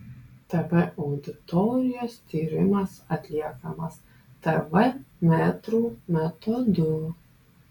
tv auditorijos tyrimas atliekamas tv metrų metodu